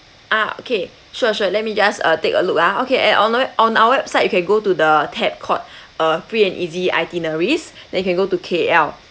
ah okay sure sure let me just uh take a look ah okay at on our web on our website you can go to the tab called uh free and easy itineraries then you can go to K_L